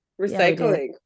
Recycling